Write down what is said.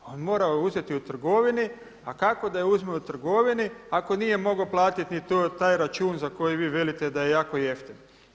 On mora uzeti u trgovini, a kako da je uzme u trgovini ako nije mogao platiti ni taj račun za koji vi velike da je jako jeftin.